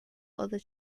other